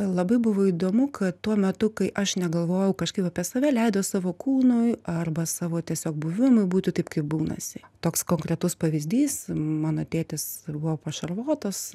labai buvo įdomu kad tuo metu kai aš negalvojau kažkaip apie save leidau savo kūnui arba savo tiesiog buvimui būtų taip kaip būnasi toks konkretus pavyzdys mano tėtis ir buvo pašarvotas